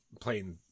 playing